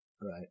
Right